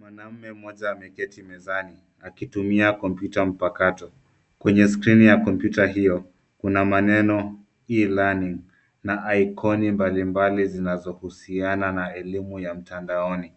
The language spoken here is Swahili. Mwanaume moja ameketi mezani akitumia kompyuta mpakato. Kwenye skrini ya kompyuta hiyo, kuna maneno e-learning na ikoni mbalimbali zinazohusiana na elimu ya mtandaoni.